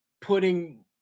putting